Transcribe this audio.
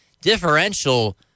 differential